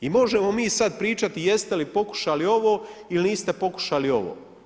I možemo mi sad pričati, jeste li pokušali ovo ili niste pokušali ovo.